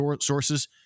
sources